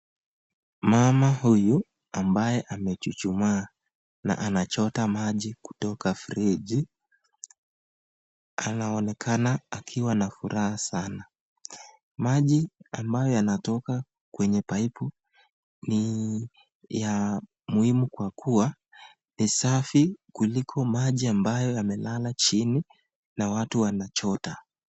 Mama huyu ambaye amechuchuma na anachota maji kutoka mfereji, anaonekana amefurahi. Maji ambayo yanatoka kwenye paipu ni ya muhimu ni safi kuliko maji yamelala chini na watu wanachota.